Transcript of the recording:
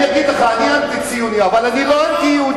אני אגיד לך: אני אנטי-ציוני אבל אני לא אנטי-יהודי.